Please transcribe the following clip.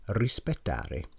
rispettare